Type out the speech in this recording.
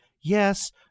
yes